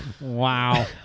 Wow